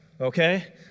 Okay